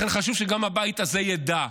לכן חשוב שגם בבית הזה ידעו